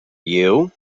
you